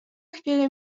chwilę